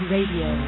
Radio